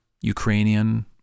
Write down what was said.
Ukrainian